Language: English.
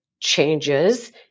changes